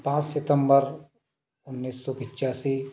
पाँच सितम्बर उन्नीस सौ पचासी